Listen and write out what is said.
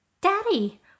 Daddy